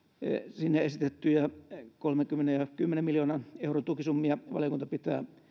sinne esitettyjä kolmekymmentä ja kymmenen miljoonan euron tukisummia valiokunta pitää